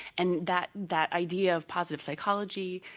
and that that idea of positive psychology,